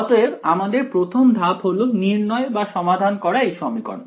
অতএব আমাদের প্রথম ধাপ হলো নির্ণয় বা সমাধান করা এই সমীকরণ